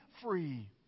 free